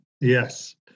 yes